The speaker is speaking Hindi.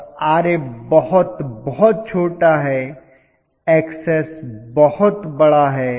और Ra बहुत बहुत छोटा है Xs बहुत बड़ा है